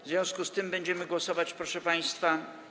W związku z tym będziemy głosować, proszę państwa.